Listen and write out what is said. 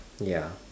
ya